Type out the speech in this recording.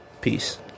peace